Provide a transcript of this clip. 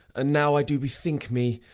and now i do bethink me,